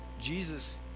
Jesus